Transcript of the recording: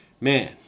man